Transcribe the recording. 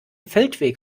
feldweg